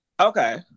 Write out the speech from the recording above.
Okay